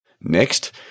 Next